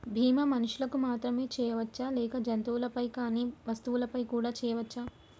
బీమా మనుషులకు మాత్రమే చెయ్యవచ్చా లేక జంతువులపై కానీ వస్తువులపై కూడా చేయ వచ్చా?